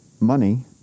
money